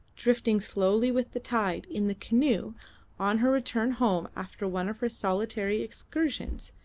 drifting slowly with the tide in the canoe on her return home after one of her solitary excursions,